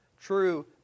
true